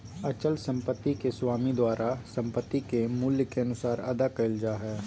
अचल संपत्ति के स्वामी द्वारा संपत्ति के मूल्य के अनुसार अदा कइल जा हइ